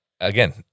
again